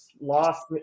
lost